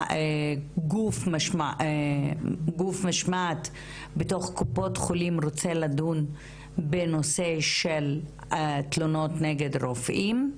שגוף משמעת בתוך קופות חולים רוצה לדון בנושא של תלונות נגד רופאים,